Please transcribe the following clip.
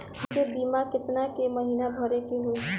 हमके बीमा केतना के महीना भरे के होई?